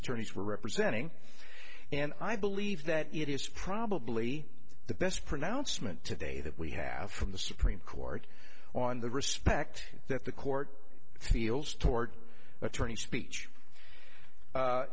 attorneys were representing and i believe that it is probably the best pronouncement today that we have from the supreme court on the respect that the court feels toward attorney speech